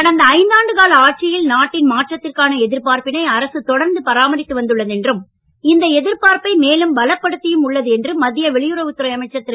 கடந்த ஐந்தாண்டு கால ஆட்சியில் நாட்டின் மாற்றத்திற்கான எதிர்பார்ப்பினை அரசு தொடர்ந்து பராமரித்து வந்துள்ளது என்றும் இந்த எதிர்பார்ப்பை மேலும் பலப்படுத்தியும் உள்ளது என்று மத்திய வெளியுறவுத்துறை அமைச்சர் திரு